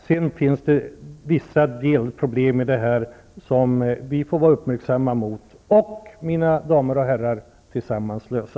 Sedan finns det naturligtvis vissa delproblem som vi måste vara uppmärksamma på och -- mina damer och herrar -- tillsammans lösa.